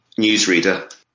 Newsreader